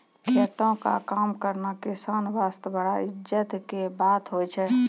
खेतों म काम करना किसान वास्तॅ बड़ा इज्जत के बात होय छै